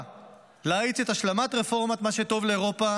להאיץ את השלמת רפורמת מה שטוב לאירופה